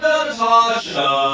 Natasha